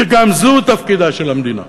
שגם זה תפקידה של המדינה.